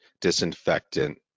disinfectant